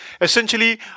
Essentially